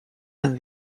been